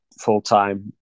full-time